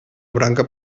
branca